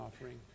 offering